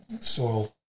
soil